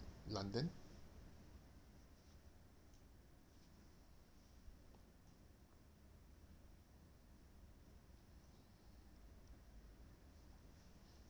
london